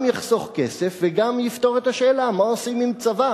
זה גם יחסוך כסף וגם יפתור את השאלה מה עושים עם צבא